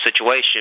situation